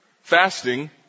Fasting